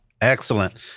Excellent